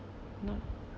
not